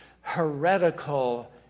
heretical